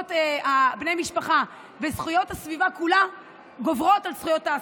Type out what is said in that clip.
זכויות המשפחה וזכויות הסביבה כולה גוברות על זכויות האסיר.